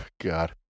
God